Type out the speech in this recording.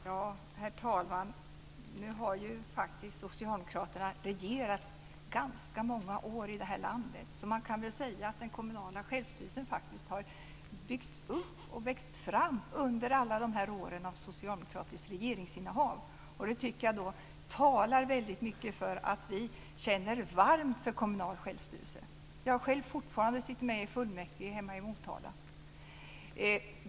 Herr talman! Socialdemokraterna har faktiskt regerat under ganska många år i det här landet, så man kan väl säga att den kommunala självstyrelsen har byggts upp och vuxit fram under alla dessa år av socialdemokratiskt regeringsinnehav. Det tycker jag talar väldigt mycket för att vi känner varmt för kommunal självstyrelse. Jag sitter själv fortfarande med i fullmäktige hemma i Motala.